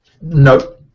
No